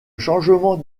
changement